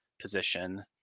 position